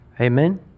Amen